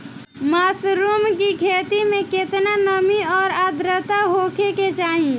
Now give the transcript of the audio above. Mushroom की खेती में केतना नमी और आद्रता होखे के चाही?